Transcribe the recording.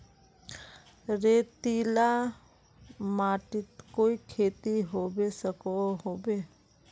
रेतीला माटित कोई खेती होबे सकोहो होबे?